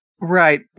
right